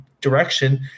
direction